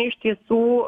iš tiesų